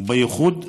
ובייחוד בנגב.